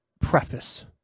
preface